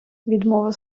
відмова